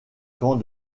camps